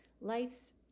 Life's